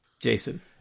Jason